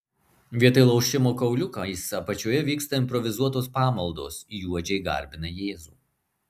vietoj lošimo kauliukais apačioje vyksta improvizuotos pamaldos juodžiai garbina jėzų